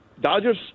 Dodgers